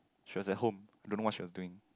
she was at home don't know what she was doing